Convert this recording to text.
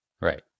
right